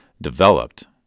developed